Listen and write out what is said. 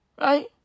Right